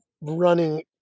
running